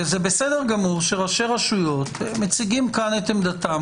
זה בסדר גמור שראשי רשויות מציגים כאן את עמדתם,